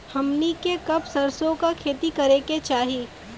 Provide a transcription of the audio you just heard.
हमनी के कब सरसो क खेती करे के चाही?